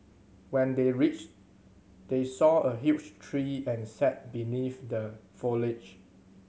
when they reached they saw a huge tree and sat beneath the foliage